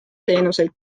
teenuseid